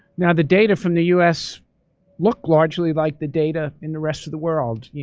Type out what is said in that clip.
now the data from the us looked largely like the data in the rest of the world. you